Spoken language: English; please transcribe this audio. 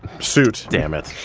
suit damnit.